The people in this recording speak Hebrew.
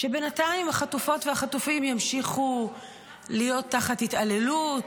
שבינתיים החטופות והחטופים ימשיכו להיות תחת התעללות,